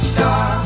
Star